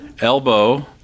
elbow